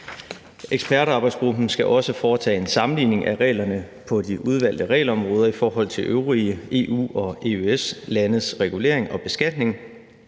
Ekspertarbejdsgruppen skal også foretage en sammenligning af reglerne på de udvalgte regelområder i forhold til øvrige EU- og EØS-landes regulering og beskatning,